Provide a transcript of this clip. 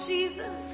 Jesus